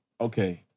okay